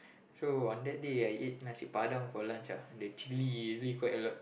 so on that day I ate nasi-padang for lunch ah the chilli really quite a lot